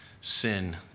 sin